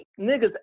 niggas